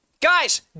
Guys